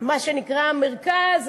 מה שנקרא מרכז העיר,